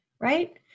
right